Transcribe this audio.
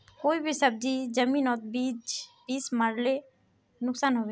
कोई भी सब्जी जमिनोत बीस मरले नुकसान होबे?